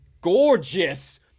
gorgeous